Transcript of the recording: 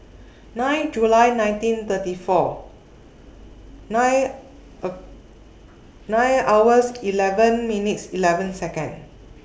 nine July nineteen thirty four nine nine hours eleven minutes eleven Seconds